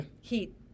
heat